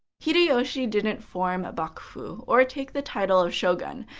hideyoshi didn't form a bakufu, or take the title of shogun,